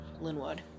Linwood